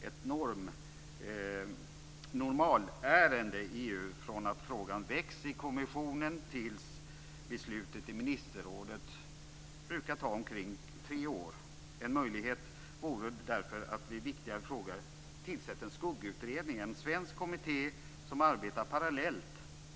Ett normalärende i EU brukar ta omkring tre år från det att frågan väcks i kommissionen till dess att beslutet fattas i ministerrådet. En möjlighet vore därför att tillsätta en skuggutredning, en svensk kommitté som arbetar parallellt, vid viktigare frågor.